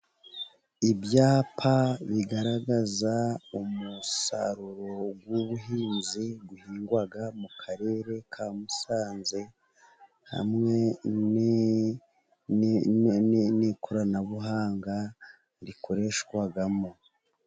Ibyapa bigaragaza umusaruro w'ubuhinzi buhingwa mu karere ka Musanze, hamwe n'ikoranabuhanga rikoreshwamo.